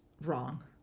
wrong